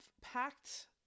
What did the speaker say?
packed